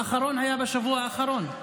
האחרון היה בשבוע האחרון.